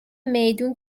میدون